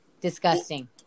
Disgusting